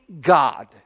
God